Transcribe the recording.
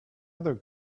other